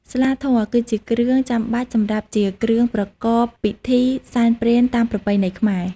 ស្លាធម៌ គឺជាគ្រឿងចាំបាច់សម្រាប់ជាគ្រឿងប្រកបពិធីសែនព្រេនតាមប្រពៃណីខ្មែរ។